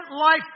life